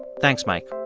thanks, mike